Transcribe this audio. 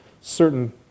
certain